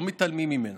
לא מתעלמים ממנה.